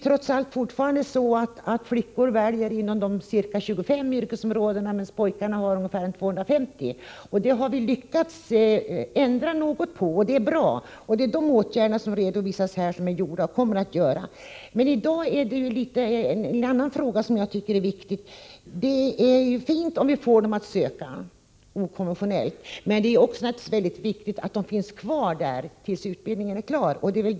Trots allt väljer flickor fortfarande inom bara ca 25 yrkesområden, pojkarna inom ungefär 250. Det är bra att trenden ändras, och de åtgärder som vidtagits och kommer att vidtas i dessa sammanhang redovisas i utbildningsministerns svar. Det gäller emellertid i dag en annan fråga. Det är bra med ett okonventionellt val, men det är naturligtvis också väldigt fint om flickorna stannar kvar i utbildningen tills den är klar.